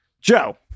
Joe